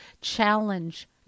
challenge